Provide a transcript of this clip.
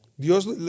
Dios